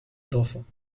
d’enfants